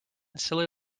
silly